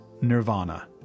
Nirvana